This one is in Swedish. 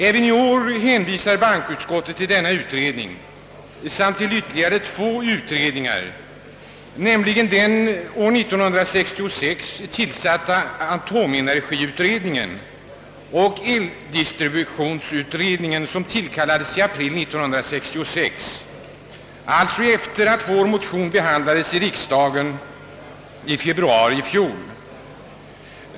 Även i år hänvisar bankoutskottet till denna utredning samt till ytterligare två utredningar, nämligen den år 1966 tillsatta atomenergiutredningen och eldistributionsutredningen, som tillkallades i april 1966, alltså efter det att vår motion behandlades av riksdagen i februari i fjol.